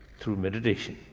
through meditation.